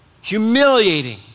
humiliating